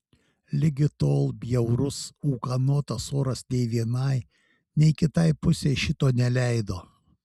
ligi tol bjaurus ūkanotas oras nei vienai nei kitai pusei šito neleido